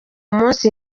munsi